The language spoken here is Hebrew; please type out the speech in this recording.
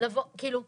לבוא כאילו התקדמנו,